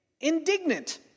Indignant